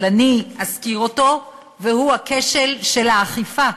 אבל אני אזכיר אותו, והוא הכשל של האכיפה.